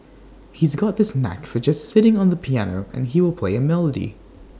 he's got this knack for just sitting on the piano and he will play A melody